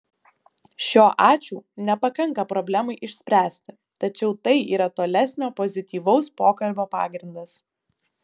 šio ačiū nepakanka problemai išspręsti tačiau tai yra tolesnio pozityvaus pokalbio pagrindas